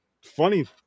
Funny